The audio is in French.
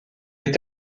est